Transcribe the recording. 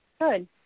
good